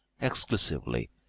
exclusively